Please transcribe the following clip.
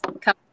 Come